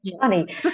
Funny